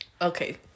Okay